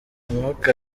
umwuka